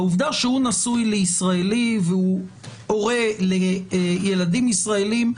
שהוא נשוי לישראלי והוא הורה לילדים ישראלים,